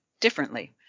differently